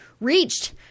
reached